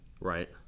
Right